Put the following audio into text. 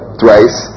twice